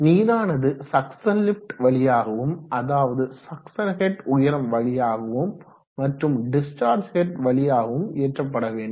நீரானது suction lift வழியாகவும் அதவாது சக்சன் ஹெட் உயரம் வழியாகவும் மற்றும் டிஸ்சார்ஜ் ஹெட் வழியாகவும் ஏற்றப்பட வேண்டும்